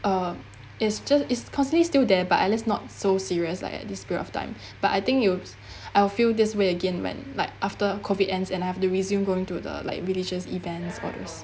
uh it's just it's constantly still there but at least not so serious like at this period of time but I think you I'll feel this way again when like after COVID ends and I have to resume going to the like religious events or those